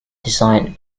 designed